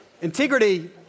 Integrity